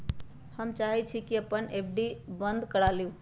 हम चाहई छी कि अपन एफ.डी बंद करा लिउ